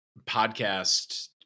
podcast